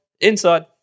inside